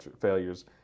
failures